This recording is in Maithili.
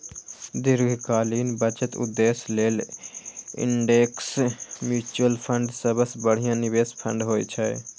दीर्घकालीन बचत उद्देश्य लेल इंडेक्स म्यूचुअल फंड सबसं बढ़िया निवेश फंड होइ छै